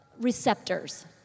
receptors